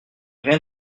rien